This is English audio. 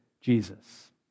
Jesus